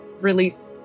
release